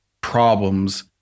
problems